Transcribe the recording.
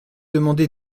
demandé